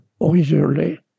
originally